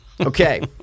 Okay